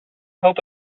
hope